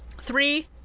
Three